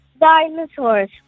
dinosaurs